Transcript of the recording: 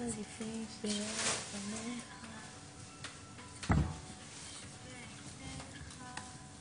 מצד שני לא מצאנו בספרות המדעית שהחיסון הזה נבדק מבחינת בטיחות